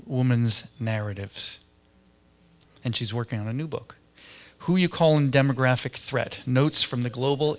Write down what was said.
woman's narratives and she's working on a new book who you call in demographic threat notes from the global